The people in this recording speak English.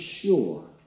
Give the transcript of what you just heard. sure